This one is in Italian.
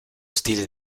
stile